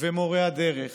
ומורי הדרך